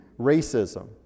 racism